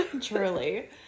Truly